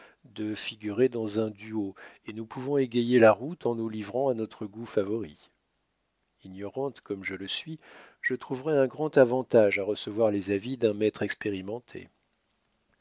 de figurer dans un duo et nous pouvons égayer la route en nous livrant à notre goût favori ignorante comme je le suis je trouverais un grand avantage à recevoir les avis d'un maître expérimenté